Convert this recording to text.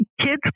Kids